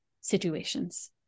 situations